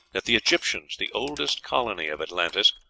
that the egyptians, the oldest colony of atlantis,